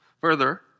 Further